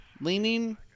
leaning